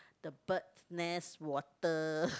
the bird nest water